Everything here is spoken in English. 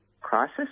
crisis